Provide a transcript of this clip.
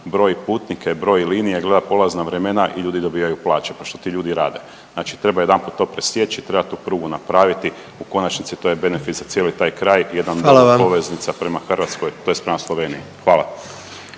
broji putnike, broji linije, gleda polazna vremena i ljudi dobivaju plaće. Pa što ti ljudi rade? Znači treba jedanput to presjeći, treba tu prugu napraviti. U konačnici to je benefit za cijeli taj kraj, … jedna … …/Upadica predsjednik: Hvala